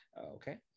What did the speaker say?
okay